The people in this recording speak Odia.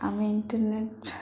ଆମେ ଇଣ୍ଟରନେଟ